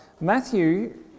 Matthew